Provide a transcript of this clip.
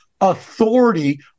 authority